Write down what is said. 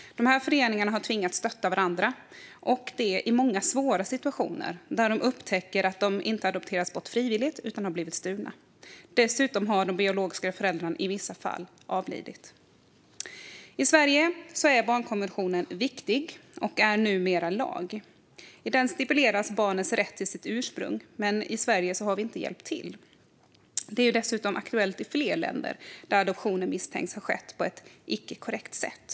Dessa föreningar har tvingats stötta varandra, och det i många svåra situationer där de upptäcker att de inte adopterats bort frivilligt utan blivit stulna. Dessutom har de biologiska föräldrarna i vissa fall avlidit. I Sverige är barnkonventionen viktig och numera lag. I den stipuleras barns rätt till sitt ursprung, men i Sverige har vi inte hjälpt till. Det är dessutom aktuellt i fler länder där adoptioner misstänkts ha skett på ett icke korrekt sätt.